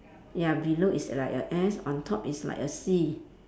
ya below is like a S on top is like a C